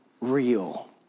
real